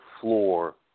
floor